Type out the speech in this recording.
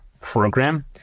Program